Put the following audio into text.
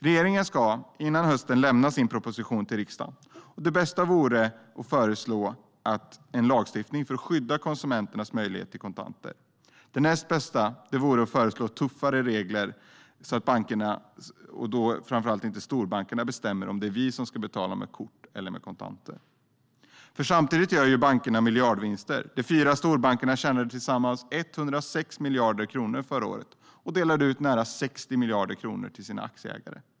Regeringen ska lämna sin proposition till riksdagen före hösten. Det bästa vore att de föreslår lagstiftning för att skydda konsumenternas tillgång till kontanter. Det näst bästa vore att de föreslår tuffare regler så att det inte ska vara bankerna, framför allt inte storbankerna, som bestämmer om vi ska betala med kort eller kontanter. Bankerna gör nämligen samtidigt miljardvinster. De fyra storbankerna tjänade tillsammans 106 miljarder kronor förra året och delade ut nära 60 miljarder kronor till sina aktieägare.